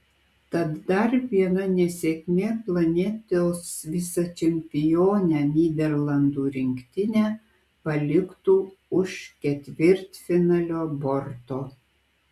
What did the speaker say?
tad dar viena nesėkmė planetos vicečempionę nyderlandų rinktinę paliktų už ketvirtfinalio borto